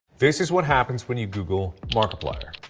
this is what happens when you google markiplier.